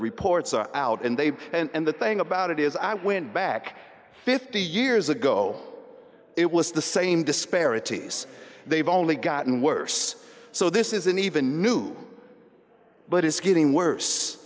reports are out and they and the thing about it is i went back fifty years ago it was the same disparities they've only gotten worse so this isn't even new but it's getting worse